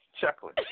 chuckling